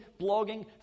blogging